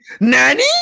nanny